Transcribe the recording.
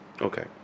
Okay